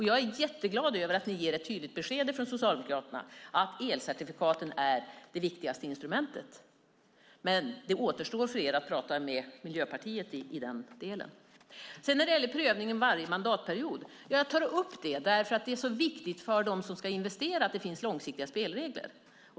Jag är jätteglad över att ni ger ett tydligt besked från Socialdemokraterna att elcertifikaten är det viktigaste instrumentet. Det återstår för er att prata med Miljöpartiet i den delen. Prövningen varje mandatperiod tog jag upp därför att det är så viktigt för dem som ska investera att det finns långsiktiga spelregler.